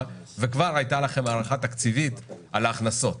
וכבר הייתה לכם הערכה תקציבית על ההכנסות.